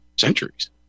centuries